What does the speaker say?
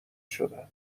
شدن